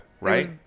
right